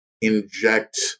inject